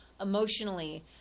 emotionally